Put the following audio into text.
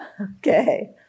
Okay